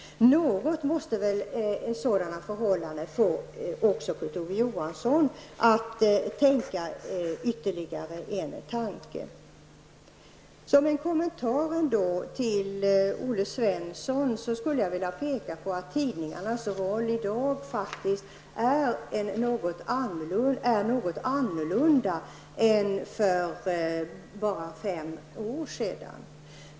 Sådana förhållanden måste väl få också Kurt Ove Johansson att tänka en tanke. Som en kommentar till vad Olle Svensson sade skulle jag vilja peka på att tidningarnas roll i dag faktiskt är något annorlunda än för bara fem år sedan.